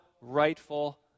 rightful